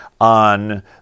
on